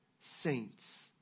saints